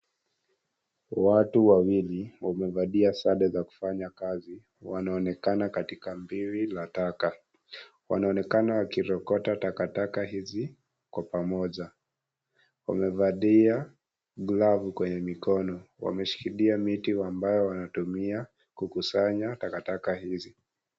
Watu wawili, wamevalia sare za kufanya kazi, wanaonekana katika biwi la taka. Wanaonekana wakirokota taka hizi, kwa pamoja. Wamevalia glavu kwenye mikono. Wameshikilia miti ambayo wanatumia katika kukusanya taka hizi.